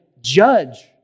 judge